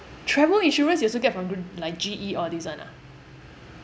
travel insurance you also get from gre~ like G_E all these [one] ah